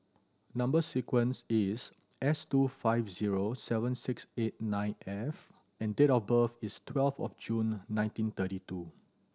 number sequence is S two five zero seven six eight nine F and date of birth is twelve of June nineteen thirty two